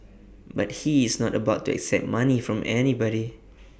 but he is not about to accept money from anybody